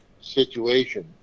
situation